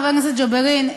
חבר הכנסת ג'בארין,